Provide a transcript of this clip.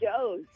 Joe's